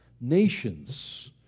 nations